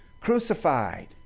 Crucified